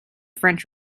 french